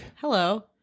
Hello